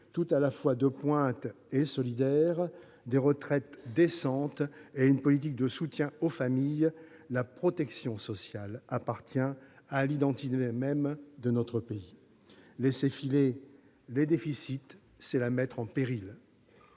tout à la fois de pointe et solidaire, des retraites décentes et une politique de soutien aux familles -, la protection sociale appartient à l'identité même de notre pays. Laisser filer les déficits revient à la mettre en péril.